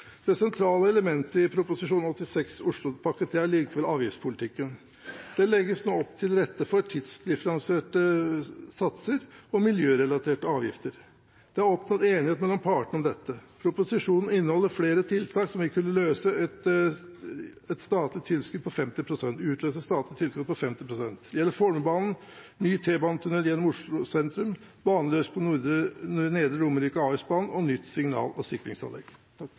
Det sentrale elementet i Prop. 86, Oslopakke 3, er likevel avgiftspolitikken. Det legges nå til rette for både tidsdifferensierte satser og miljørelaterte avgifter. Det er oppnådd enighet mellom partene om dette. Proposisjonen inneholder flere tiltak som vil kunne utløse et statlig tilskudd på 50 pst. Det gjelder Fornebubanen, ny T-banetunnel gjennom Oslo sentrum, baneløsning på Nedre Romerike – Ahusbanen – og nytt signal- og sikringsanlegg.